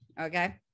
Okay